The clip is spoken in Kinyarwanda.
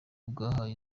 bwahaye